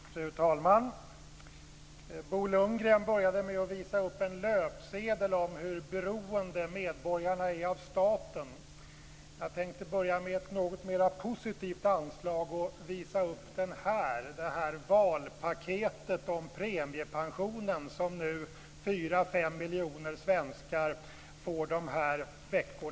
Fru talman! Bo Lundgren började med att visa upp en löpsedel om hur beroende medborgarna är av staten. Jag har ett något mera positivt anslag och visar upp det valpaket om premiepensionen som 4-5 miljoner svenskar nu får under några veckor.